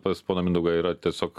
pas poną mindaugą yra tiesiog